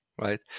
Right